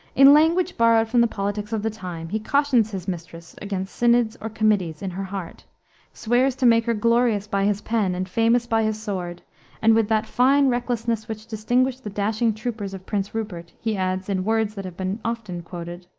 in language borrowed from the politics of the time, he cautions his mistress against synods or committees in her heart swears to make her glorious by his pen and famous by his sword and with that fine recklessness which distinguished the dashing troopers of prince rupert, he adds, in words that have been often quoted,